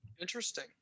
Interesting